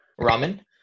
Ramen